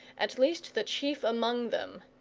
at least the chief among them.